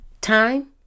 time